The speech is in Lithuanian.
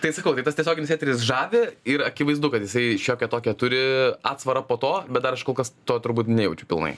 tai sakau tai tas tiesioginis eteris žavi ir akivaizdu kad jisai šiokią tokią turi atsvarą po to bet dar aš kol kas to turbūt nejaučiu pilnai